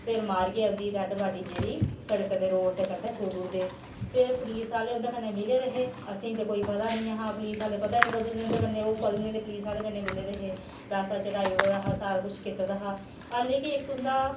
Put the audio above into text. फिर मारिये उं'दी डैड्ड बाडी जेह्ड़ी सड़क दे रोड दे कंढै छोड़ी ओड़दे फिर पुलिस आहले उं'दे कन्नै मिले दे हे असेंगी ते कोई पता नेईं हा पुलिस आहले पता नेईं कंदू दे उं'दे कन्नै पता नेईं ओह् कदूं दे पुलिस आहले कन्नै मिले दे हे पैसा चढ़ाई ओड़े दा हा सारा कुछ कीते दा हा हालांकि इक उं'दा